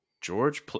George